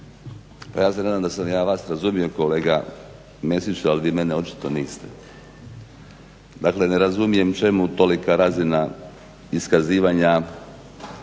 Ja se nadam da sam ja vas razumio kolega Mesić, ali vi mene očito niste. Dakle ne razumijem čemu tolika razina iskazivanja